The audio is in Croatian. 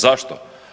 Zašto?